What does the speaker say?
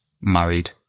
married